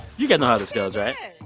you guys know how this goes, right?